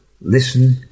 listen